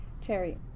Cherry